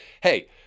hey